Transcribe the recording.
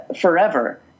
forever